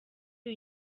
uyu